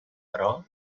però